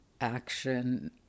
action